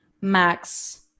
max